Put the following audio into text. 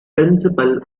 principle